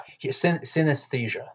synesthesia